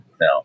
now